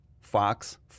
Fox